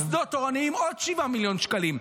מוסדות תורניים, עוד 7 מיליון שקלים.